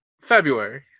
February